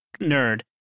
nerd